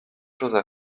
choses